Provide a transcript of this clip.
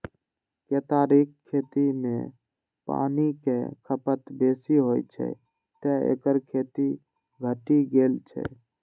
केतारीक खेती मे पानिक खपत बेसी होइ छै, तें एकर खेती घटि गेल छै